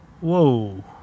whoa